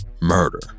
murder